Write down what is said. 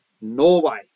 Norway